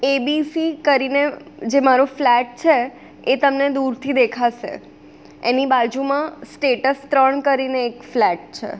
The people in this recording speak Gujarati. એબીસી કરીને જે મારો ફ્લેટ છે એ તમને દૂરથી દેખાશે એની બાજુમાં સ્ટેટસ ત્રણ કરીને એક ફ્લેટ છે